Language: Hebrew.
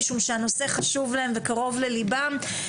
משום שהנושא חשוב להם וקרוב ללבם.